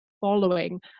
following